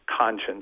conscience